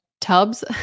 tubs